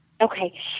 Okay